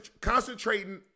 concentrating